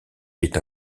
est